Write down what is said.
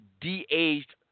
de-aged